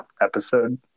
episode